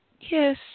Yes